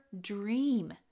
dream